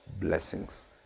blessings